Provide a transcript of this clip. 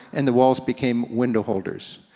and the walls became window holders.